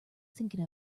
thinking